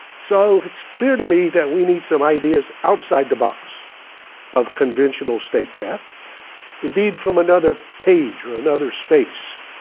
so it's clear to me that we need some ideas outside the box of conventional statecraft indeed, from another page or another space